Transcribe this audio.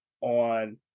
on